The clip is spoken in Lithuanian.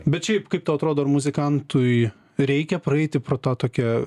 bet šiaip kaip tau atrodo ar muzikantui reikia praeiti pro tą tokią